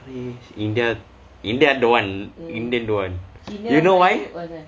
race india india don't want indian don't want you know why